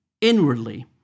inwardly